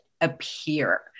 appear